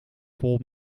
vol